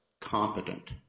competent